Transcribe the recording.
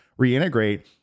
reintegrate